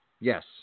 Yes